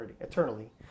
eternally